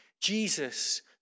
Jesus